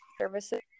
services